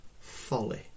folly